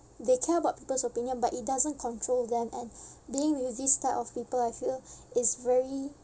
they care about people's opinion but it doesn't control them and being with this type of people I feel it's very